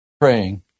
praying